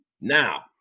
now